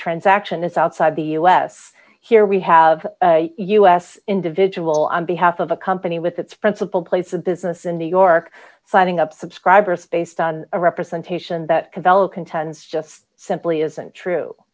transaction is outside the u s here we have u s individual d on behalf of a company with its principal place of business in new york signing up subscribers based on a representation that cavell contends just simply isn't true